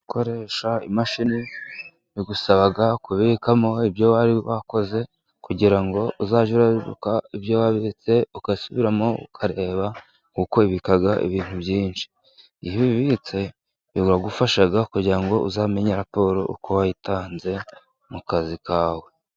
Gukoresha imashini bigusaba kubikamo ibyo wari wakoze, kugira ngo uzajye wibuka ibyo wabitse ugasubiramo ukareba, kuko ibika ibintu byinshi, iyo ubibitse biragufasha kugira ngo uzamenye raporo uko wayitanze mu kazi kawe.